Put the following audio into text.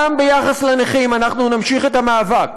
גם ביחס לנכים אנחנו נמשיך את המאבק,